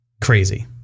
Crazy